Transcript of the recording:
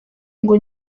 ngo